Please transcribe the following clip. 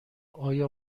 آیا